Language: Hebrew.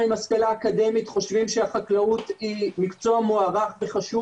עם השכלה אקדמית חושבים שהחקלאות היא מקצוע מוערך וחשוב,